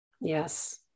Yes